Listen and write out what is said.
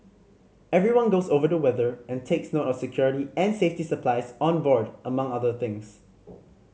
everyone goes over the weather and takes note of security and safety supplies on board among other things